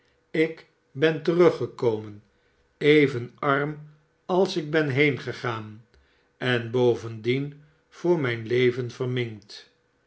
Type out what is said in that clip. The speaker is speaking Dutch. ik ben teruggekomen even arm als ik ben heengegaan en bovendien voor mijn leven verminkt